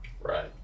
Right